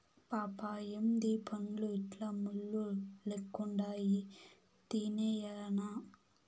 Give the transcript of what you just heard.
పాపా ఏందీ పండ్లు ఇట్లా ముళ్ళు లెక్కుండాయి తినేయ్యెనా